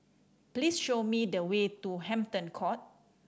please show me the way to Hampton Court